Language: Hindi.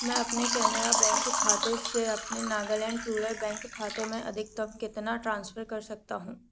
मैं अपने कैनरा बैंक खाते से अपने नागालैंड रूलर बैंक खाते में अधिकतम कितना ट्रांसफ़र कर सकता हूँ